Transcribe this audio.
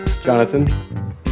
Jonathan